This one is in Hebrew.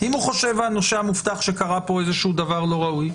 אם הנושה המובטח חושב שקרה כאן איזשהו דבר לא ראוי?